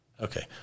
Okay